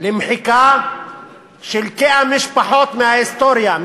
למחיקה של משפחות מההיסטוריה.